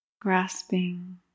grasping